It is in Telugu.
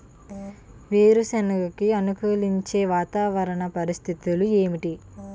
వేరుసెనగ కి అనుకూలించే వాతావరణ పరిస్థితులు ఏమిటి?